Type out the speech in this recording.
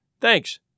Thanks